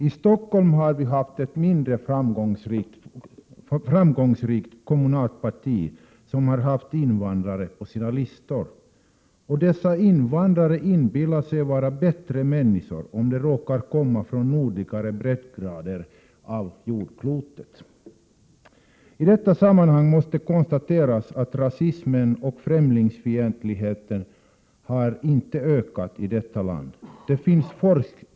I Stockholm har ett mindre framgångsrikt parti haft invandrare på sina vallistor, och dessa invandrare inbillar sig att de är bättre människor bara därför att de råkar komma från nordligare breddgrader. Det kan i detta sammanhang konstateras att rasismen och främlingsfientligheten inte har ökat i detta land.